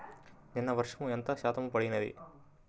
నిన్న వర్షము ఎంత శాతము పడినది?